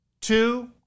two